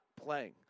playing